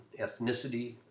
ethnicity